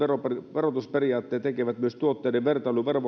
verotusperiaatteet tekevät myös tuotteiden vertailun